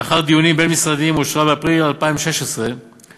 לאחר דיונים בין-משרדיים אושרה באפריל 2016 תוכנית